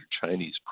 Chinese